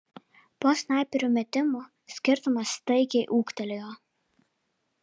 po snaiperio metimų skirtumas staigiai ūgtelėjo